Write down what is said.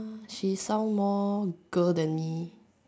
she sound more girl than me